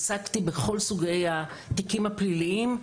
עסקתי בכל סוגי התיקים הפליליים.